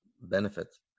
benefits